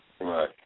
Right